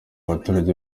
abaturage